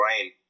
brain